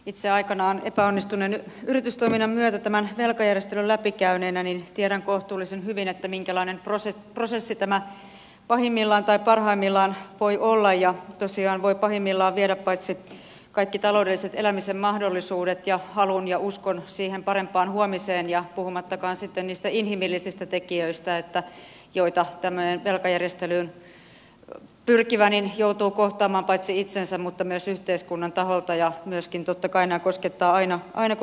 itse aikanaan epäonnistuneen yritystoiminnan myötä tämän velkajärjestelyn läpikäyneenä tiedän kohtuullisen hyvin minkälainen prosessi tämä pahimmillaan tai parhaimmillaan voi olla ja tosiaan se voi pahimmillaan viedä kaikki taloudelliset elämisen mahdollisuudet ja halun ja uskon siihen parempaan huomiseen puhumattakaan sitten niistä inhimillisistä tekijöistä joita tämmöinen velkajärjestelyyn pyrkivä joutuu kohtaamaan paitsi itsensä myös yhteiskunnan taholta ja totta kai nämä koskettavat aina myöskin koko perhettä